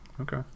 Okay